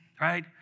right